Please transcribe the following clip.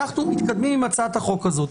אנחנו מתקדמים עם הצעת החוק הזאת.